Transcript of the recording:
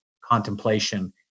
contemplation